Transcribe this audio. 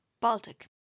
Baltic